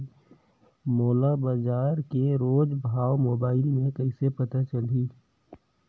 मोला बजार के रोज भाव मोबाइल मे कइसे पता चलही?